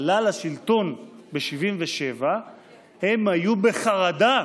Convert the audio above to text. עלה לשלטון ב-1977 הם היו בחרדה.